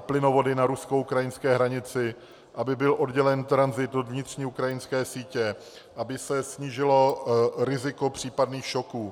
plynovody na ruskoukrajinské hranici, aby byl oddělen tranzit od vnitřní ukrajinské sítě, aby se snížilo riziko případných šoků.